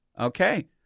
Okay